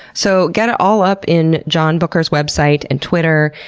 so, get all up in john bucher's website and twitter.